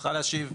צריכה להשיב.